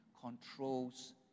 controls